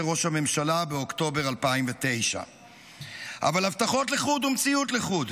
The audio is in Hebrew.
ראש הממשלה באוקטובר 2009. אבל הבטחות לחוד ומציאות לחוד.